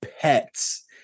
pets